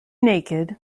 naked